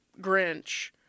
Grinch